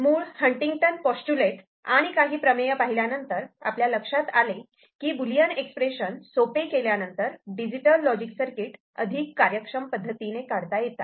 मूळ Huntington postulate आणि काही प्रमेय पाहिल्यानंतर आपल्या लक्षात आले की बुलियन एक्सप्रेशन सोपे केल्यानंतर डिजिटल लॉजिक सर्किट अधिक कार्यक्षम पद्धतीने काढता येते